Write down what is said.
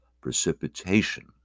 precipitation